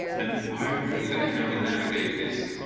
then hopefully that can help me navigate this